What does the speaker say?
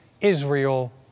Israel